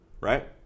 right